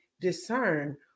discern